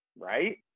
Right